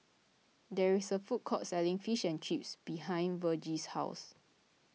there is a food court selling Fish and Chips behind Vergie's house